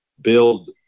build